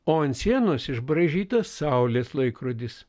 o ant sienos išbraižytas saulės laikrodis